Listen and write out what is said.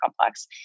complex